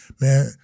man